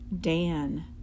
Dan